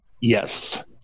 Yes